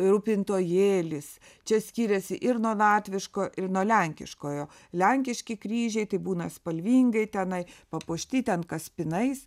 rūpintojėlis čia skiriasi ir nuo latviško ir nuo lenkiškojo lenkiški kryžiai tai būna spalvingai tenai papuošti ten kaspinais